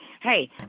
hey